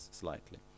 slightly